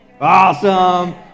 Awesome